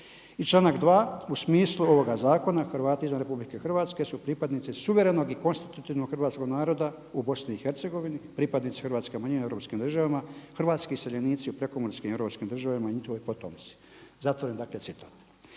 članak 2. u smislu ovoga zakona Hrvati izvan Republike Hrvatske su pripadnici suvremenog i konstitutitvnog hrvatskoga naroda u BiH, pripadnici hrvatske manjine u Europskim državama, hrvatski iseljenici u prekomorskim europskih državama i njihovi potomci.“. Zatvoren dakle citat.